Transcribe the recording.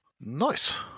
Nice